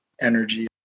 energy